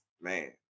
man